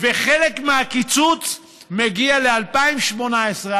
וחלק מהקיצוץ מגיע מ-2018,